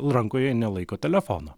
rankoj jie nelaiko telefono